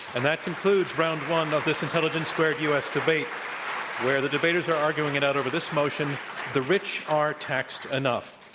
and that concludes round one of this intelligence squared u. s. debate where the debaters are arguing it out over this motion the rich are taxed enough.